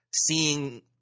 seeing –